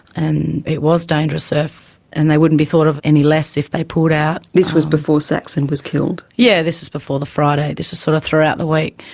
and it was dangerous surf and they wouldn't be thought of any less if they pulled out. this was before saxon was killed? yeah, this was before the friday this is sort of throughout the week.